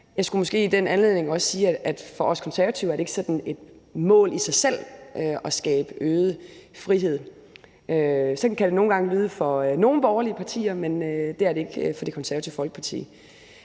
Jeg skulle måske i den anledning også sige, at for os Konservative er det ikke sådan et mål i sig selv at skabe øget frihed. Sådan kan det nogle gange lyde for nogle borgerlige partier, men sådan er det ikke for Det Konservative Folkeparti.